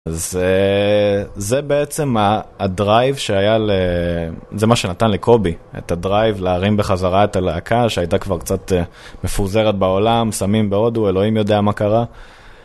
אז זה בעצם הדרייב שהיה, זה מה שנתן לקובי, את הדרייב להרים בחזרה את הלהקה שהייתה כבר קצת מפוזרת בעולם, שמים בהודו, אלוהים יודע מה קרה.